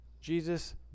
Jesus